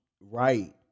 right